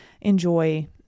enjoy